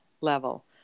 level